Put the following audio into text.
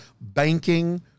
banking